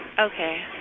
Okay